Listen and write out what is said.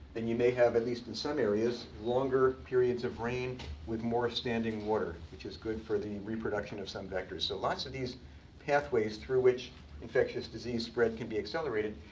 then you may have at least in some areas longer periods of rain with more standing water, which is good for the reproduction of some vectors. so lots of these pathways through which infectious disease spread can be accelerated.